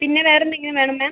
പിന്നെ വേറെ എന്തെങ്കിലും വേണോ മാം